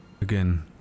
Again